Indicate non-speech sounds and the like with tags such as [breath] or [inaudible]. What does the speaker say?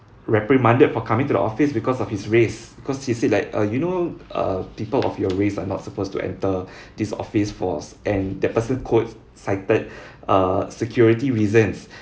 reprimanded for coming to the office because of his race because he said like uh you know uh people of your race are not supposed to enter [breath] this office force and the person quote cited [breath] uh security reasons [breath]